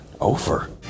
over